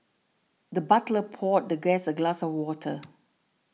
the butler poured the guest a glass of water